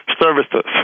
services